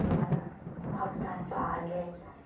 ꯑꯗꯨꯒ ꯍꯛꯆꯥꯡ ꯐꯍꯜꯂꯦ